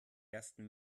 ersten